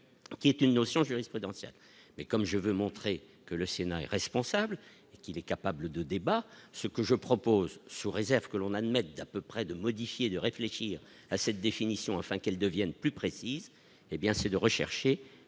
qui est une notion jurisprudentielle et comme je veux montrer que le Sénat irresponsable et qu'il est capable de débat, ce que je propose, sous réserve que l'on admette d'à peu près de modifier, de réfléchir à cette définition afin qu'elles deviennent plus précises, hé bien c'est de rechercher